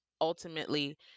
ultimately